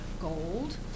gold